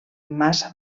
massa